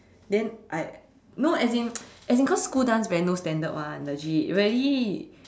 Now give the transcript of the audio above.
then I no as in as in cause school dance very no standard [one] legit really